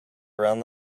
around